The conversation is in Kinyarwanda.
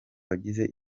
bagize